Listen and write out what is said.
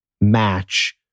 Match